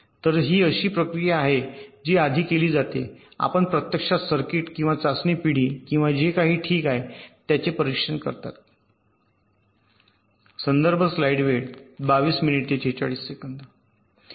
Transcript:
तर ही अशी प्रक्रिया आहे जी आधी केली जाते आपण प्रत्यक्षात सर्किट किंवा चाचणी पिढी किंवा जे काही ठीक आहे त्याचे परीक्षण करता